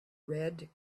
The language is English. red